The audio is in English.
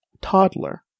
toddler